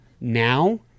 now